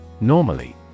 Normally